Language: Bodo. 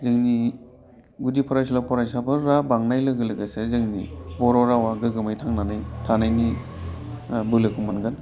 जोंनि गुदि फरायसालियाव फरायसाफोरा बांनाय लोगो लोगोसे जोंनि बर' रावआ गोग्गोमै थांनानै थानायनि बोलोखौ मोनगोन